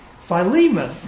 Philemon